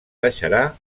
deixarà